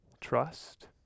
trust